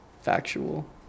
factual